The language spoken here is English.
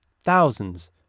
thousands